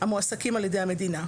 המועסקים על-ידי המדינה.